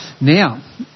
Now